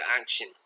action